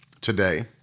today